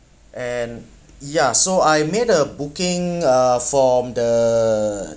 and ya so I made a booking uh from the